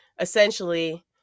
essentially